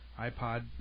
iPod